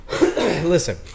Listen